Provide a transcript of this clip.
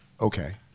Okay